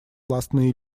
властной